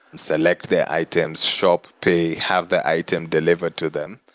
select their items, shop, pay, have the item delivered to them,